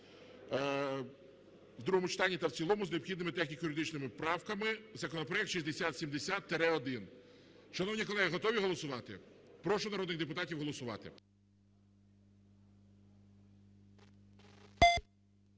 в другому читанні та в цілому з необхідними техніко-юридичними правками законопроект 6070-1. Шановні колеги, готові голосувати? Прошу народних депутатів голосувати.